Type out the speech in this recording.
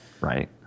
right